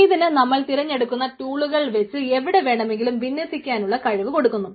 ഇതിന് നമ്മൾ തിരഞ്ഞെടുക്കുന്ന ടൂളുകൾ വച്ച് എവിടെ വേണമെങ്കിലും വിന്യസിക്കുവാനുള്ള കഴിവ് കൊടുക്കുന്നു